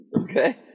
Okay